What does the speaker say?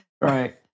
Right